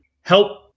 help